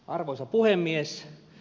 arvoisa puhemies